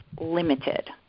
limited